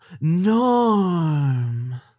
norm